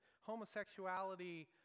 homosexuality